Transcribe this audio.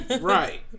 Right